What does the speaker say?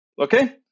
Okay